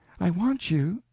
i want you,